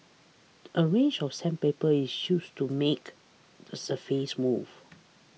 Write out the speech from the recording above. a range of sandpaper is used to make the surface smooth